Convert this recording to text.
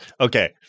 Okay